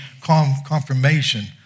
confirmation